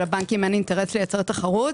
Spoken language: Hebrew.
שלבנקים אין אינטרס לייצר תחרות,